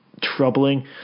troubling